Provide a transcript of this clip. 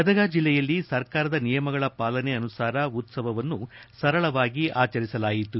ಗದಗ ಜಿಲ್ಲೆಯಲ್ಲಿ ಸರ್ಕಾರದ ನಿಯಮಗಳ ಪಾಲನೆ ಅನುಸಾರ ಉತ್ವವವನ್ನು ಸರಳವಾಗಿ ಆಚರಿಸಲಾಯಿತು